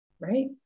Right